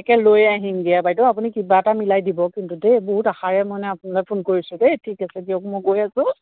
একে লৈয়ে আহিমগৈ বাইদেউ আপুনি কিবা এটা মিলাই দিব কিন্তু দেই বহুত আশাৰে মানে আপোনালৈ ফোন কৰিছোঁ দেই ঠিক আছে দিয়ক মই গৈ আছোঁ